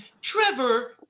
Trevor